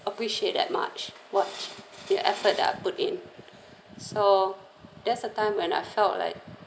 appreciate that much watch their effort that I put in so that's the time when I felt like